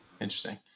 Interesting